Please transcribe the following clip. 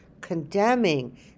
condemning